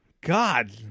God